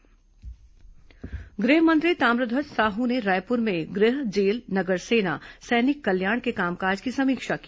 गृह मंत्री जेल निरीक्षण गृह मंत्री ताम्रध्वज साहू ने रायपुर में गृह जेल नगर सेना सैनिक कल्याण के कामकाज की समीक्षा की